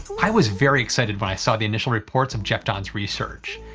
i was very excited when i saw the initial reports of jeff dahn's research,